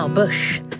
Bush